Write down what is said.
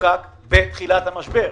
שחוקק בתחילת המשבר.